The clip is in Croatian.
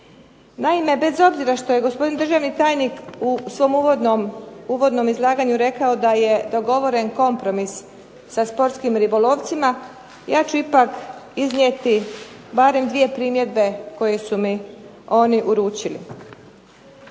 Naime, bez obzira što je gospodin državni tajnik u svom uvodnom izlaganju rekao da je dogovoren kompromis sa sportskim ribolovcima ja ću ipak iznijeti barem 2 primjedbe koje su mi oni uručili.